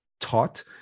taught